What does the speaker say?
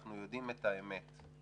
אנחנו יודעים את האמת.